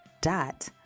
dot